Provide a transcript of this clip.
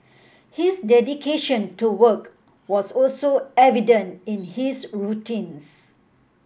his dedication to work was also evident in his routines